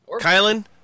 Kylan